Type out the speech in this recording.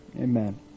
amen